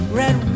red